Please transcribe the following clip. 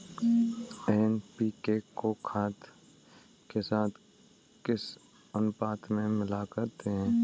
NPK को खाद के साथ किस अनुपात में मिलाते हैं?